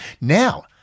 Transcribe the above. Now